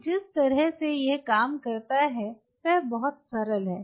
तो जिस तरह से यह काम करता है वह बहुत सरल है